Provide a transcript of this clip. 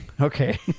okay